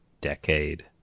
decade